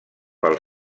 pel